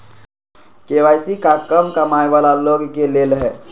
KYC का कम कमाये वाला लोग के लेल है?